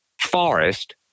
forest